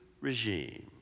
regime